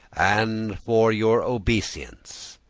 and for your obeisance,